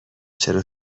چرا